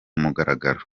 mugaragaro